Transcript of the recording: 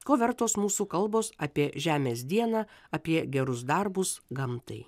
ko vertos mūsų kalbos apie žemės dieną apie gerus darbus gamtai